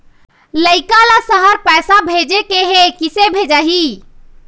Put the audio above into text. लइका ला शहर पैसा भेजें के हे, किसे भेजाही